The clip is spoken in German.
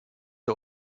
der